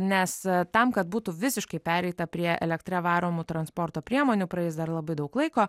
nes tam kad būtų visiškai pereita prie elektra varomų transporto priemonių praeis dar labai daug laiko